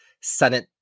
Senate